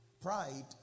pride